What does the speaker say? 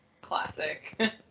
Classic